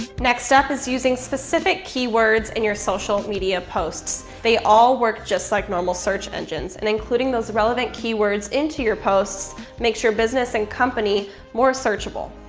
next up is using specific keywords in and your social media posts. they all work just like normal search engines and including those relevant keywords into your posts makes your business and company more searchable.